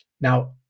Now